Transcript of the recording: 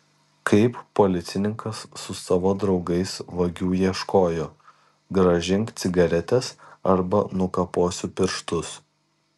kaip policininkas su savo draugais vagių ieškojo grąžink cigaretes arba nukaposiu pirštus